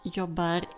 jobbar